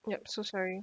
yup so sorry